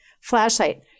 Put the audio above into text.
flashlight